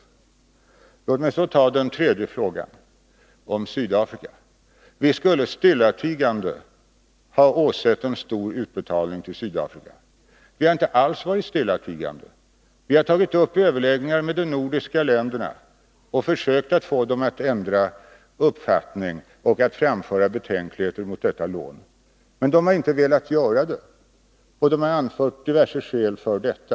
Nr 62 Låt mig så ta upp den tredje frågan, och det gäller Sydafrika. Vi skulle stillatigande ha åsett en stor utbetalning till Sydafrika. Vi har inte alls varit stillatigande. Vi har tagit upp det i överläggningar med de nordiska länderna och försökt att få dem att ändra uppfattning och framföra betänkligheter mot detta lån. Men de har inte velat göra det. De har anfört diverse skäl för detta.